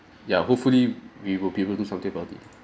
ya hopefully we will be able to something about it